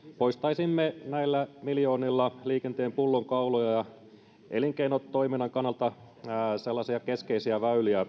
poistaisimme näillä miljoonilla liikenteen pullonkauloja ja elinkeinotoiminnan kannalta keskeisiä